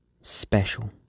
special